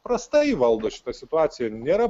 prastai valdo šitą situaciją nėra